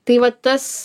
tai vat tas